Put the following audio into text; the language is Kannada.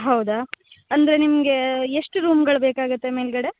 ಹೌದಾ ಅಂದರೆ ನಿಮಗೆ ಎಷ್ಟು ರೂಮ್ಗಳು ಬೇಕಾಗುತ್ತೆ ಮೇಲ್ಗಡೆ